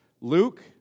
Luke